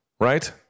right